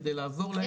כדי לעזור להם.